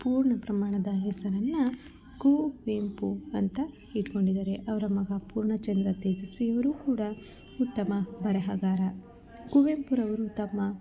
ಪೂರ್ಣ ಪ್ರಮಾಣದ ಹೆಸರನ್ನ ಕು ವೆಂಪು ಅಂತ ಇಟ್ಟುಕೊಂಡಿದಾರೆ ಅವರ ಮಗ ಪೂರ್ಣಚಂದ್ರ ತೇಜಸ್ವಿಯವರು ಕೂಡ ಉತ್ತಮ ಬರಹಗಾರ ಕುವೆಂಪುರವರು ತಮ್ಮ